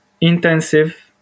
intensive